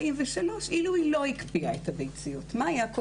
--- זה באמת לא בדיוק מה שדיברנו עליו.